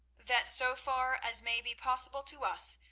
that so far as may be possible to us,